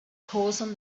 causing